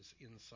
inside